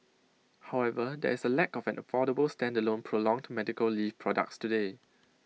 however there is A lack of an affordable standalone prolonged medical leave products today